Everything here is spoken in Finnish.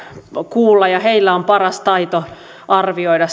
kuulla ja heillä on paras taito arvioida